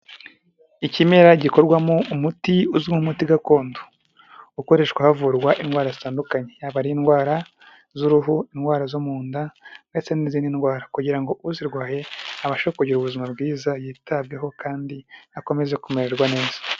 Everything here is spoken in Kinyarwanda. Ikimera gikorwamo umuti uzwi nk’umuti gakondo ukoreshwa havurwa indwara zitandukanye, yaba ari indwara z'uruhu, indwara zo mu nda ndetse n'izindi ndwara kugira ngo uzirwaye abashe kugira ubuzima bwiza, yitabweho kandi akomeze kumererwa neza.